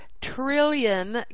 trillion